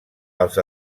els